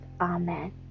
Amen